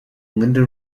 linda